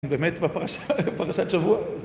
באמת בפרשת שבוע